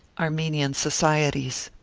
armenian societies.